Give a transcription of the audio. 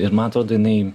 ir man atrodo jinai